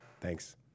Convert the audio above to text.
thanks